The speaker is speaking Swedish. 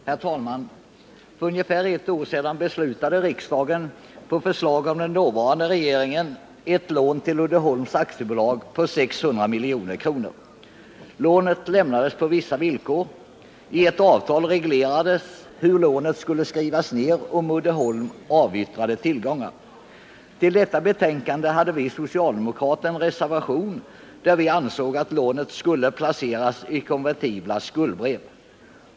Herr talman! För ungefär ett år sedan beslutade riksdagen på förslag av den dåvarande regeringen att ge ett lån till Uddeholms AB på 600 milj.kr. Lånet lämnades på vissa villkor. I ett avtal reglerades hur lånet skulle skrivas ner om Uddeholm avyttrade tillgångar. Till detta betänkande hade vi socialdemokrater fogat en reservation, där vi ansåg att lånet skulle placeras i konvertibla skuldebrev.